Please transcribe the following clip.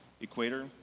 equator